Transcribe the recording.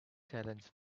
challenge